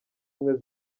ubumwe